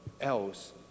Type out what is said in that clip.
else